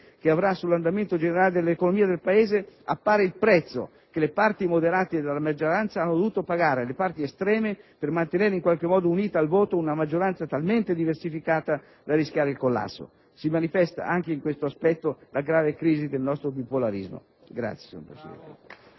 che avrà sull'andamento generale dell'economia del Paese, appare il prezzo che le parti moderate della maggioranza hanno dovuto pagare alle parti estreme per mantenere in qualche modo unita al voto una maggioranza talmente diversificata da rischiare il collasso. Si manifesta anche in questo aspetto la grave crisi del nostro bipolarismo. *(Applausi dal